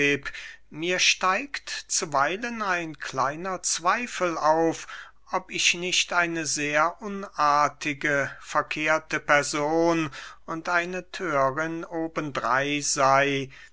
mir steigt zuweilen ein kleiner zweifel auf ob ich nicht eine sehr unartige verkehrte person und eine thörin oben drein sey